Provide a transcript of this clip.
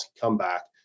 comeback